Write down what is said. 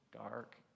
dark